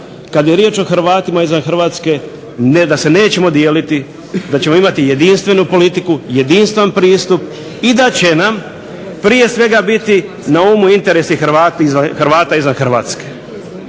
kada je riječ o Hrvatima izvan Hrvatske da se nećemo dijeliti, da ćemo imati jedinstvenu politiku, jedinstven pristup i da će nam prije svega biti na umu interesi Hrvata izvan Hrvatske.